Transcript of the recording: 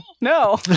No